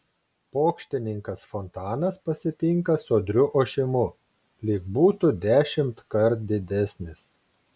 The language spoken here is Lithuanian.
pokštininkas fontanas pasitinka sodriu ošimu lyg būtų dešimtkart didesnis